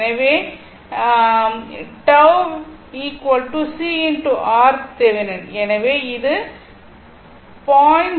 எனவே இல் எனவே இது 0